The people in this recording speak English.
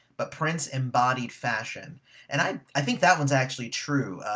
but prince embodied fashion and i i think that one's actually true.